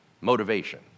Motivation